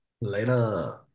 Later